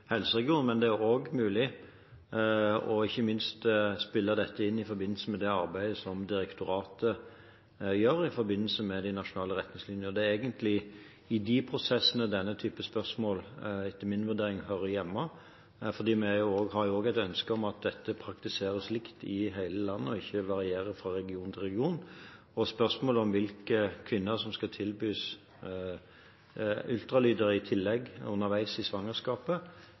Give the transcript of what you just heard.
men det er også mulig å spille dette inn i forbindelse med det arbeidet som direktoratet gjør i forbindelse med de nasjonale retningslinjene. Det er egentlig i de prosessene denne typen spørsmål – etter min vurdering – hører hjemme, fordi vi har også et ønske om at dette praktiseres likt i hele landet, og at det ikke varierer fra region til region. Spørsmålet om hvilke kvinner som skal tilbys ekstra ultralydundersøkelse underveis i svangerskapet,